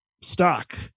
stock